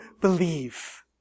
believe